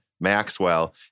Maxwell